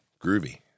groovy